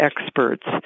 experts